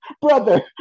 Brother